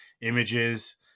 images